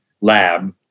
lab